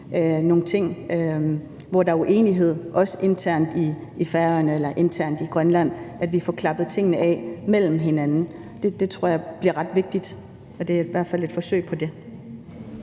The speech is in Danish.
nogle ting, hvor der er uenighed, også internt på Færøerne eller internt i Grønland, og at vi får klappet tingene af mellem hinanden. Det tror jeg bliver ret vigtigt. Det er i hvert fald et forsøg på det.